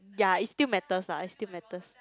ya it still matters lah it still matters